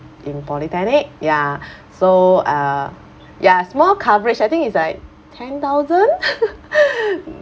in polytechnic ya so uh ya small coverage I think it's like ten thousand